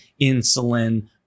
insulin